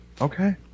Okay